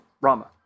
Rama